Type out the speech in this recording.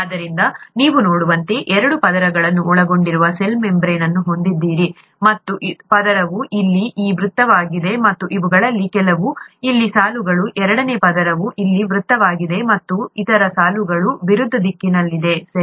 ಆದ್ದರಿಂದ ನೀವು ನೋಡುವಂತೆ ನೀವು ಎರಡು ಪದರಗಳನ್ನು ಒಳಗೊಂಡಿರುವ ಸೆಲ್ ಮೆಂಬರೇನ್ ಅನ್ನು ಹೊಂದಿದ್ದೀರಿ ಮೊದಲ ಪದರವು ಇಲ್ಲಿ ಈ ವೃತ್ತವಾಗಿದೆ ಮತ್ತು ಇವುಗಳಲ್ಲಿ ಕೆಲವು ಇಲ್ಲಿ ಸಾಲುಗಳು ಎರಡನೇ ಪದರವು ಇಲ್ಲಿ ವೃತ್ತವಾಗಿದೆ ಮತ್ತು ಇತರ ಸಾಲುಗಳು ವಿರುದ್ಧ ದಿಕ್ಕಿನಲ್ಲಿದೆ ಸರಿ